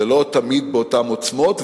זה לא תמיד באותן עוצמות,